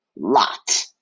Lot